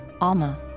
ALMA